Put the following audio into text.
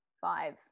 five